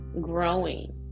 growing